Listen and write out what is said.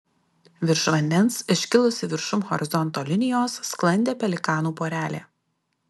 virš vandens iškilusi viršum horizonto linijos sklandė pelikanų porelė